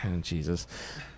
Jesus